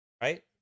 right